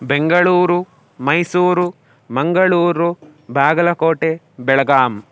Bengaluru Mysuru Mangaluru Bagalkote Belgaum